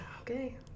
Okay